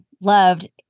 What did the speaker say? loved